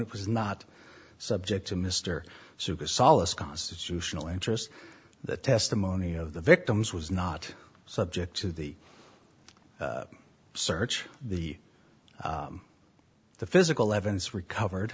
it was not subject to mr super solace constitutional interest the testimony of the victims was not subject to the search the the physical evidence recovered